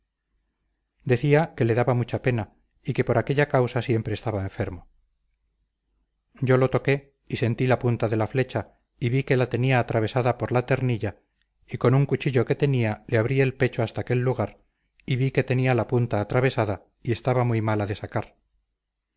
decía que le daba mucha pena y que por aquella causa siempre estaba enfermo yo lo toqué y sentí la punta de la flecha y vi que la tenía atravesada por la ternilla y con un cuchillo que tenía le abrí el pecho hasta aquel lugar y vi que tenía la punta atravesada y estaba muy mala de sacar